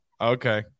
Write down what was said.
Okay